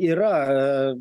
yra a